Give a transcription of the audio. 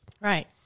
Right